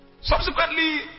Subsequently